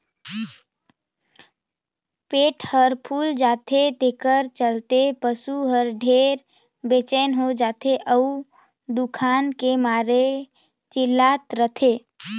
पेट हर फूइल जाथे तेखर चलते पसू हर ढेरे बेचइन हो जाथे अउ दुखान के मारे चिल्लात रथे